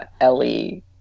Ellie